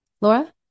Laura